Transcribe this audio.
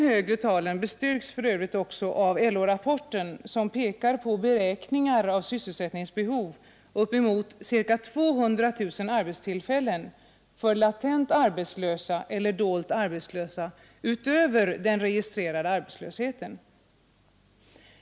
Dessa bestyrks för övrigt också av LO-rapporten, som pekar på beräkningar av sysselsättningsbehov på uppemot 200 000 arbetstillfällen för latent arbetslösa eller dolt arbetslösa utöver den registrerade arbetslösheten.